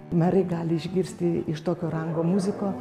merai gali išgirsti iš tokio rango muziko